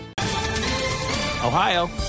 ohio